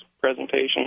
presentation